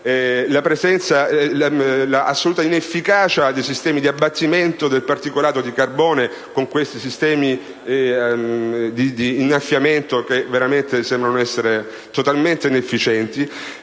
la assoluta inefficacia di sistemi di abbattimento del particolato di carbone quali questi dell'innaffiamento, che veramente sembrano essere totalmente inefficienti.